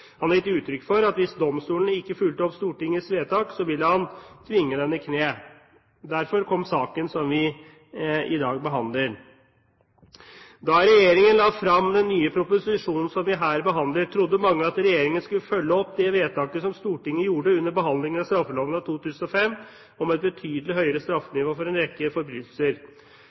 Han har gitt uttrykk for at hvis domstolen ikke fulgte opp Stortingets vedtak, ville han tvinge den i kne. Derfor kom den saken som vi i dag behandler. Da regjeringen la frem den nye proposisjonen som vi her behandler, trodde mange at regjeringen skulle følge opp det vedtaket som Stortinget gjorde under behandlingen av straffeloven av 2005 om et betydelig høyere straffenivå for en rekke forbrytelser.